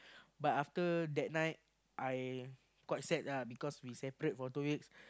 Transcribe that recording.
but after that night I quite sad ah because we separate for two weeks